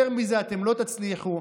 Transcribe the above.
יותר מזה אתם לא תצליחו.